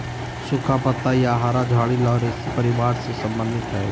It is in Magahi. सुखा पत्ता या हरा झाड़ी लॉरेशी परिवार से संबंधित हइ